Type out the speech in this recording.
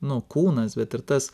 nu kūnas bet ir tas